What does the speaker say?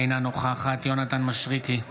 אינה נוכחת יונתן מישרקי,